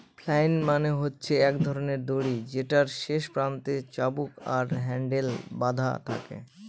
flail মানে হচ্ছে এক ধরনের দড়ি যেটার শেষ প্রান্তে চাবুক আর হ্যান্ডেল বাধা থাকে